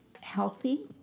healthy